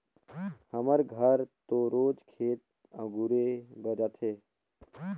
हमर घर तो रोज खेत अगुरे बर जाथे